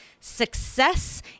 success